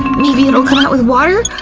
maybe it'll come out with water?